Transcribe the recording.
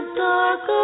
dark